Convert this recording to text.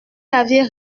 aviez